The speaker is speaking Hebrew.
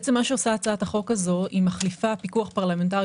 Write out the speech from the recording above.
הצעת החוק הזאת מחליפה פיקוח פרלמנטרי